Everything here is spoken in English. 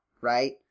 right